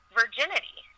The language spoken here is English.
virginity